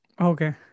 Okay